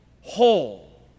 whole